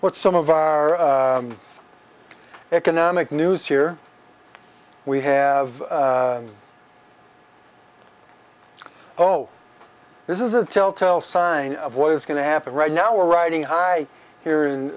what some of our economic news here we have zero this is a telltale sign of what is going to happen right now are riding high here in